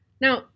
Now